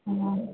हा